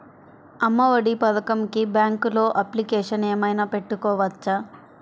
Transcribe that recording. అమ్మ ఒడి పథకంకి బ్యాంకులో అప్లికేషన్ ఏమైనా పెట్టుకోవచ్చా?